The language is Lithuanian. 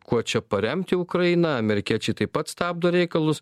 kuo čia paremti ukrainą amerikiečiai taip pat stabdo reikalus